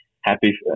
happy